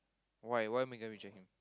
why why Megan reject him